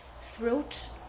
throat